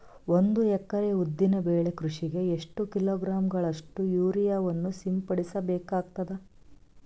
ಒಂದು ಎಕರೆ ಉದ್ದಿನ ಬೆಳೆ ಕೃಷಿಗೆ ಎಷ್ಟು ಕಿಲೋಗ್ರಾಂ ಗಳಷ್ಟು ಯೂರಿಯಾವನ್ನು ಸಿಂಪಡಸ ಬೇಕಾಗತದಾ?